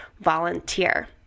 volunteer